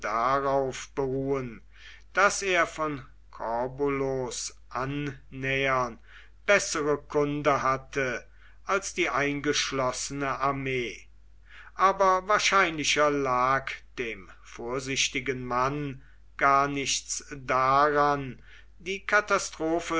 darauf beruhen daß er von corbulos annähern bessere kunde hatte als die eingeschlossene armee aber wahrscheinlicher lag dem vorsichtigen mann gar nichts daran die katastrophe